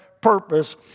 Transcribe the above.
purpose